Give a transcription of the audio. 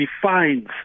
defines